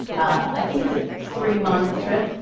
i think it's a three-month trip.